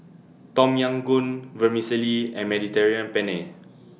Tom Yam Goong Vermicelli and Mediterranean Penne